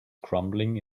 crumbling